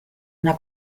una